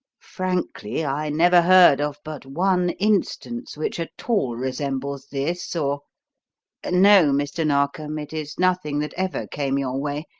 frankly, i never heard of but one instance which at all resembles this or no, mr. narkom, it is nothing that ever came your way,